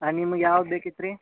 ಹಾಂ ನಿಮಗೆ ಯಾವ್ದು ಬೇಕಿತ್ತು ರೀ